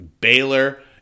Baylor